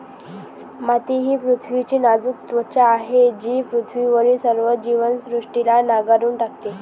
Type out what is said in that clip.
माती ही पृथ्वीची नाजूक त्वचा आहे जी पृथ्वीवरील सर्व जीवसृष्टीला नांगरून टाकते